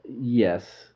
Yes